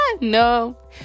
no